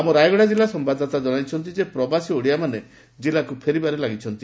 ଆମ ରାୟଗଡା ଜିଲ୍ଲା ସମ୍ୟାଦଦାତା ଜଶାଇଛନ୍ତି ଯେ ପ୍ରବାସୀ ଓଡିଆମାନେ ଜିଲ୍ଲାକୁ ଫେରିବାରେ ଲାଗିଛନ୍ତି